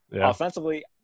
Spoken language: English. Offensively